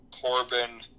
Corbin